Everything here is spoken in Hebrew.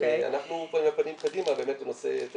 אנחנו פה עם הפנים קדימה באמת בנושא היתר